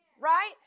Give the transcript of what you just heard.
right